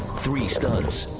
three stunts,